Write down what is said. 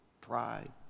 pride